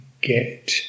get